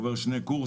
עובר שני קורסים.